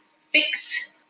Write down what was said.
fix